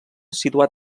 situat